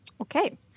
okay